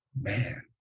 Man